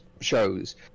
shows